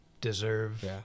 deserve